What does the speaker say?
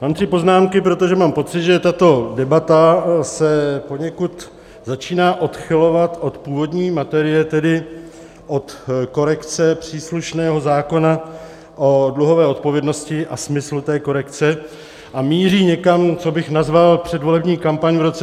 Mám tři poznámky, protože mám pocit, že tato debata se poněkud začíná odchylovat od původní materie, tedy od korekce příslušného zákona o dluhové odpovědnosti a smyslu té korekce, a míří někam, co bych nazval předvolební kampaní v roce 2021.